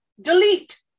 Delete